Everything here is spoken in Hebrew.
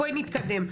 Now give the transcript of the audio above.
בואי נתקדם.